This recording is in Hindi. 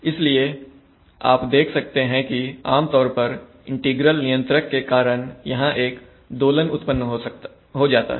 इसलिए आप देख सकते हैं कि आमतौर पर इंटीग्रल नियंत्रक के कारण यहां एक दोलन उत्पन्न हो जाता है